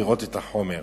לראות את החומר.